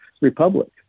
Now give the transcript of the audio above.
republic